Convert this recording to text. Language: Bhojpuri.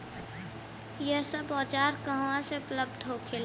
यह सब औजार कहवा से उपलब्ध होखेला?